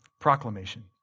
proclamation